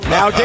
Now